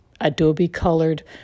adobe-colored